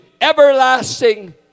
everlasting